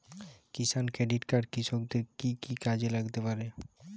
কিষান credit card কৃষকের কি কি কাজে লাগতে পারে?